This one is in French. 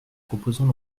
proposons